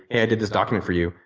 hey, i did this document for you.